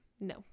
No